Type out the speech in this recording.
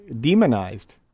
demonized